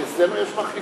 אבל אצלנו יש מחליפים.